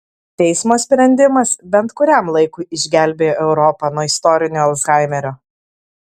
teismo sprendimas bent kuriam laikui išgelbėjo europą nuo istorinio alzhaimerio